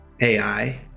AI